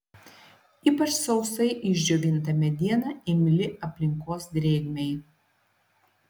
ypač sausai išdžiovinta mediena imli aplinkos drėgmei